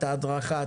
את ההדרכה,